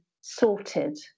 sorted